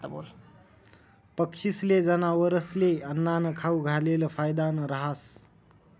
पक्षीस्ले, जनावरस्ले आन्नं खाऊ घालेल फायदानं रहास